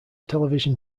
television